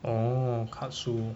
orh katsu